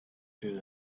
through